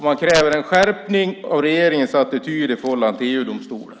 Man kräver en skärpning av regeringens attityd i förhållande till EG-domstolen.